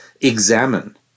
examine